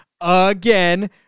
again